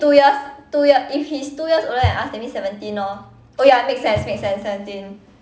two years two year if he's two years older than us that means seventeen orh oh ya makes sense makes sense seventeen